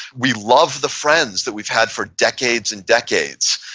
we love the friends that we've had for decades and decades.